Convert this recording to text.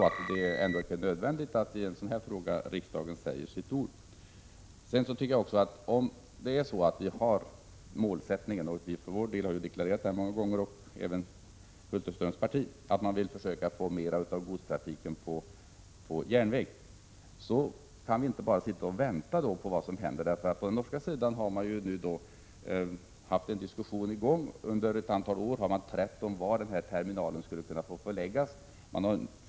Jag tror att det ändå är nödvändigt att riksdagen säger sitt i en fråga som denna. Om vi har målsättningen — vi i centern, och även Sven Hulterströms parti, har många gånger deklarerat denna målsättning — att försöka få över mer av godstrafiken till järnvägen, kan vi inte bara avvakta vad som skall hända. På den norska sidan har ju en diskussion varit på gång. Under ett antal år har man trätt om var terminalen i fråga skulle förläggas.